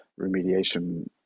remediation